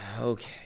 Okay